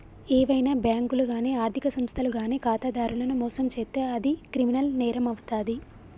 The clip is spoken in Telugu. ఏవైనా బ్యేంకులు గానీ ఆర్ధిక సంస్థలు గానీ ఖాతాదారులను మోసం చేత్తే అది క్రిమినల్ నేరమవుతాది